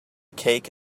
cake